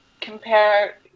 compare